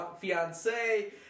fiance